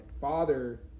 father